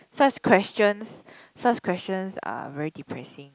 such questions such questions are very depressing